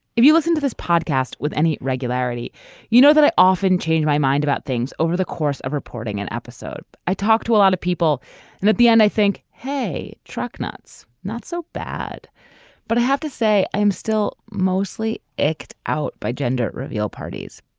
if you listen to this podcast with any regularity you know that i often change my mind about things over the course of reporting an episode. i talk to a lot of people and at the end i think hey truck nuts. not so bad but i have to say i'm still mostly ect out by gender reveal parties.